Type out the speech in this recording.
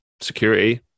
security